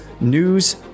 news